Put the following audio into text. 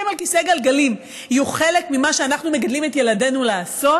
יושבים על כיסא גלגלים יהיו חלק ממה שאנחנו מגדלים את ילדינו לעשות,